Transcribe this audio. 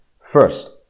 First